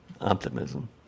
optimism